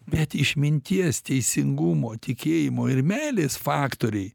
net išminties teisingumo tikėjimo ir meilės faktoriai